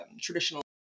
traditional